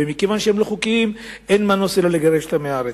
ומכיוון שהם לא חוקיים אין מנוס מלגרש אותם מהארץ.